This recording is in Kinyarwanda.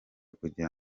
kugira